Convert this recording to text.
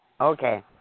Okay